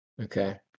Okay